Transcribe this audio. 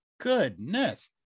Goodness